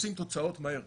רוצים תוצאות מהר,